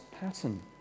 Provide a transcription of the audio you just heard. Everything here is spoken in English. pattern